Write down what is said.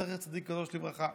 זכר צדיק וקדוש לברכה,